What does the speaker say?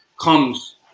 comes